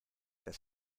das